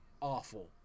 awful